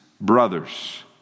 brothers